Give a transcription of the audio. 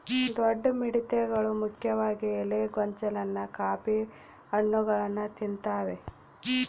ದೊಡ್ಡ ಮಿಡತೆಗಳು ಮುಖ್ಯವಾಗಿ ಎಲೆ ಗೊಂಚಲನ್ನ ಕಾಫಿ ಹಣ್ಣುಗಳನ್ನ ತಿಂತಾವೆ